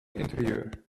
interieur